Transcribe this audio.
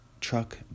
truck